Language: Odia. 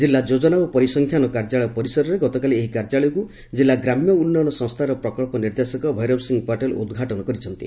ଜିଲ୍ଲା ଯୋଜନା ଓ ପରିସଂଖ୍ୟାନ କାର୍ଯ୍ୟାଳୟ ପରିସରରେ ଗତକାଲି ଏହି କାର୍ଯ୍ୟାଳୟକୁ ଜିଲ୍ଲା ଗ୍ରାମ୍ୟ ଉନ୍ନୟନ ସସ୍ଚାର ପ୍ରକ୍ଚ ନିର୍ଦ୍ଦେଶକ ଭେରବ ସିଂ ପଟେଲ୍ ଉଦ୍ଘାଟନ କରିଛନ୍ତି